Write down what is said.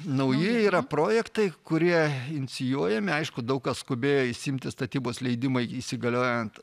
nauji yra projektai kurie inicijuojami aišku daug kas skubėjo išsiimti statybos leidimą iki įsigaliojant